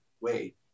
Wait